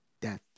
death